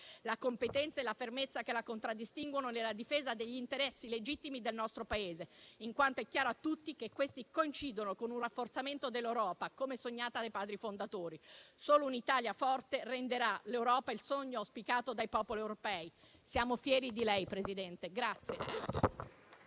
la competenza e la fermezza che la contraddistinguono nella difesa degli interessi legittimi del nostro Paese, in quanto è chiaro a tutti che questi coincidono con un rafforzamento dell'Europa, come sognata dai padri fondatori. Solo un'Italia forte renderà l'Europa il sogno auspicato dai popoli europei. Siamo fieri di lei, Presidente. Grazie.